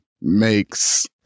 makes